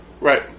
Right